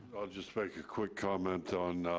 i'll just make a quick comment on,